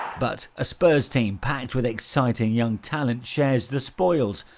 but a spurs team, packed with exciting young talent, shares the spoils,